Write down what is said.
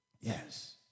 Yes